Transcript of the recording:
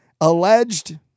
alleged